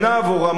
או רמאי,